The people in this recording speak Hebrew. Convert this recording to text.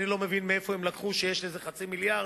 אני לא מבין מאיפה הם לקחו שיש לזה עלות של חצי מיליארד,